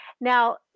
Now